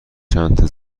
چند